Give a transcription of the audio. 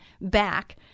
back